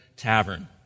tavern